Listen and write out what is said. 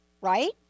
right